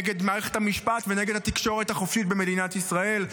נגד מערכת המשפט ונגד התקשורת החופשית במדינת ישראל,